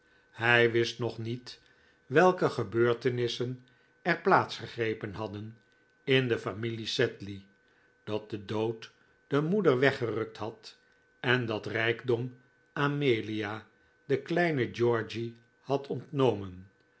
hij wist nog niet welke gebeurtenissen er plaats gegrepen hadden in de familie sedley dat de dood de moeder weggerukt had en dat rijkdom amelia den kleinen georgy had ontnomen